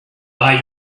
buy